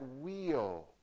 wheel